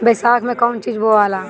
बैसाख मे कौन चीज बोवाला?